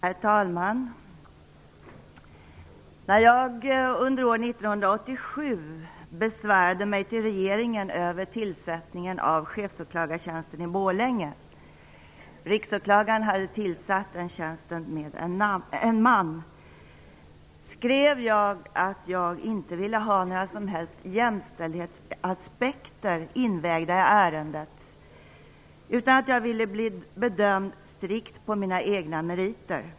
Herr talman! När jag år 1987 besvärade mig till regeringen över tillsättningen av chefsåklagartjänsten i Borlänge - riksåklagaren hade tillsatt tjänsten med en man - skrev jag att jag inte ville ha några som helst jämställdhetsaspekter invägda i ärendet, utan att jag vill bli bedömd strikt på mina egna meriter.